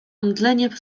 omdlenie